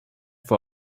for